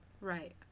Right